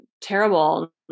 terrible